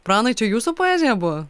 pranai čia jūsų poezija buvo